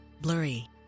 Blurry